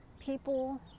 People